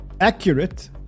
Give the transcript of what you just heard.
accurate